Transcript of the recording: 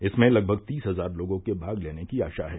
इसमें लगभग तीस हजार लोगों के भाग लेने की आशा है